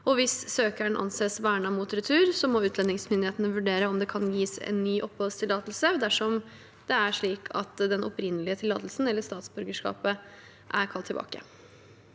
hvis søkeren anses vernet mot retur, må utlendingsmyndighetene vurdere om det kan gis en ny oppholdstillatelse dersom det er slik at den opprinnelige tillatelsen eller statsborgerskapet er kalt tilbake.